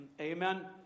Amen